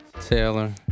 Taylor